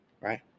right